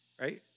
right